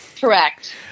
Correct